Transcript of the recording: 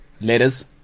letters